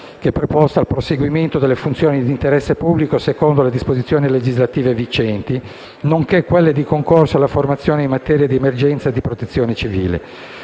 preposta al perseguimento delle funzioni di interesse pubblico secondo le disposizioni legislative vigenti, nonché quelle di concorso alla formazione in materia di emergenze e di protezione civile.